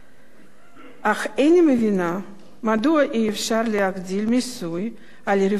אך איני מבינה מדוע אי-אפשר להגדיל את המיסוי על רווחי החברות הגדולות.